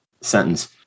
sentence